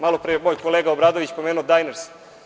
Malopre je moj kolega Obradović pomenuo „Dajners“